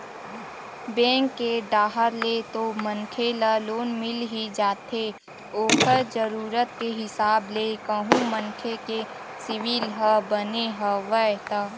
bank डाहर ले तो मनखे ल लोन मिल ही जाथे ओखर जरुरत के हिसाब ले कहूं मनखे के सिविल ह बने हवय ता